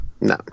No